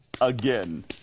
Again